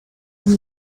die